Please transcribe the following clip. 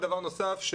דבר נוסף,